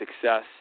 success